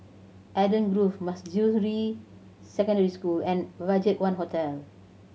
Eden Grove Manjusri Secondary School and BudgetOne Hotel